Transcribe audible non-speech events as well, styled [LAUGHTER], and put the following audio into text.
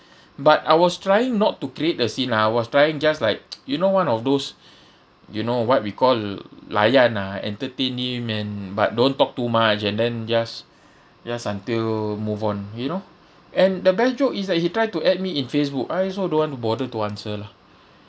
but I was trying not to create a scene ah I was trying just like [NOISE] you know one of those you know what we call layan ah entertain him and but don't talk too much and then just just until move on you know and the best joke is that he try to add me in Facebook I also don't want to bother to answer lah